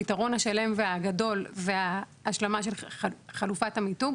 הפתרון השלם והגדול הוא ההשלמה של חלופת המיתוג,